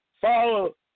Follow